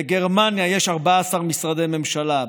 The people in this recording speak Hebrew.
בגרמניה יש 14 משרדי ממשלה,